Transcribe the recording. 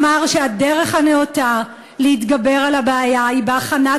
אמר שהדרך הנאותה להתגבר על הבעיה היא בהכנת